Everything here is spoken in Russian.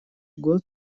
год